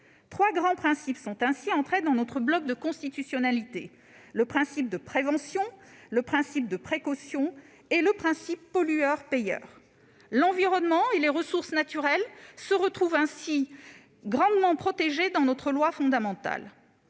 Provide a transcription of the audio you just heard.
Trois grands principes sont entrés dans notre bloc de constitutionnalité : le principe de prévention, le principe de précaution et le principe pollueur-payeur. L'environnement et les ressources naturelles se retrouvent ainsi grandement protégés dans notre loi fondamentale.